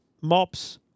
mops